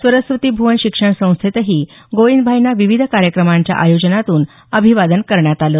सरस्वती भूवन शिक्षण संस्थेतही गोविंदभाईंना विविध कार्यक्रमांच्या आयोजनातून अभिवादन करण्यात आलं